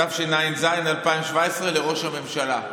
התשע"ז 2017, לראש הממשלה.